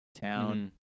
Town